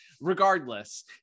regardless